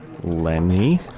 Lenny